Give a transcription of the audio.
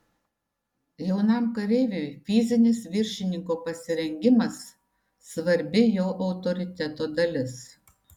jaunam kareiviui fizinis viršininko pasirengimas svarbi jo autoriteto dalis